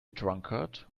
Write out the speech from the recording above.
drunkard